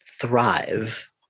thrive